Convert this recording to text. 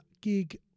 gig